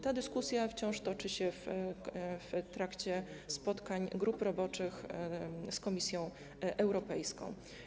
Ta dyskusja wciąż toczy się w trakcie spotkań grup roboczych z Komisją Europejską.